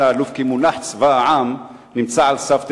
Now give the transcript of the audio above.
האלוף כי המונח "צבא העם" נמצא על סף תהום.